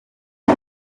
n’u